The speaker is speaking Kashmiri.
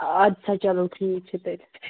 اَدٕ سا چلو ٹھیٖک چھُ تیٚلہِ